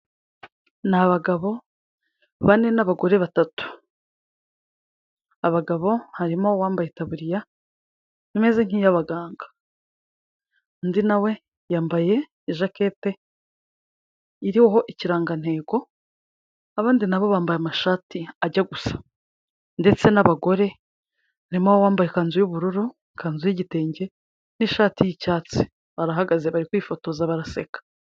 Ni abagabo bane n'abagore batatu. Abagabo harimo uwambaye itaburiya imeze nk'iyabaganga, undi na yambaye ijakete iriho ikirangantego, abandi na bo bambaye amashati ajya gusa, ndetse n'abagore harimo uwambaye ikanzu y'ubururu, ikanzu y'igitenge n'ishati y'icyatsi, barahagaze bari kwifotoza baraseka.